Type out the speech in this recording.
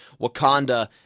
Wakanda